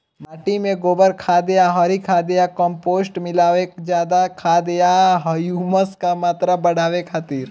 माटी में गोबर खाद या हरी खाद या कम्पोस्ट मिलावल जाला खाद या ह्यूमस क मात्रा बढ़ावे खातिर?